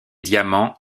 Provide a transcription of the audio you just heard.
diamants